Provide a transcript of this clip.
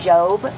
Job